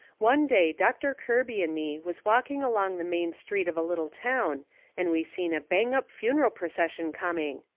one day doctor kirby and me was walking along the main street of a little town and we seen a bang-up funeral percession coming.